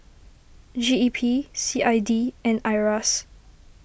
G E P C I D and Iras